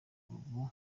ubu